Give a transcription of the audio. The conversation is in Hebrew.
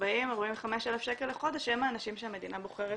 40,000 או 45,000 שקל לחודש הם האנשים שהמדינה בוחרת